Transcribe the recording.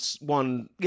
one